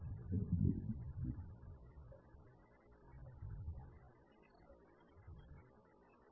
Lyλy L என்பது ஒரு operator L என்பது இங்கே மேட்ரிக்ஸ் இந்த வடிவம் AXλX போன்றது என்றாலும் A ஒரு பொது மேட்ரிக்ஸைக் கருத்தில் கொள்கிறது